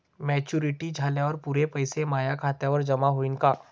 Maturity झाल्यावर पुरे पैसे माया खात्यावर जमा होईन का?